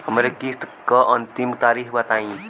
हमरे किस्त क अंतिम तारीख बताईं?